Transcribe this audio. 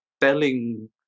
telling